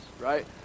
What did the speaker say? right